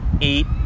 eight